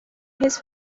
his